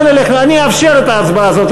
אני אאפשר את ההצבעה הזאת,